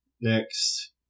Next